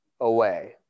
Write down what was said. away